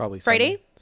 Friday